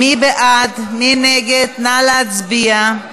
אם כן, אנחנו עוברים להצבעה.